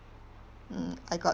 mm I got